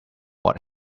what